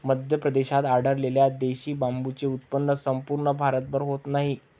मध्य प्रदेशात आढळलेल्या देशी बांबूचे उत्पन्न संपूर्ण भारतभर होत नाही